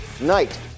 night